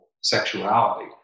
sexuality